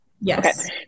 Yes